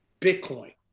Bitcoin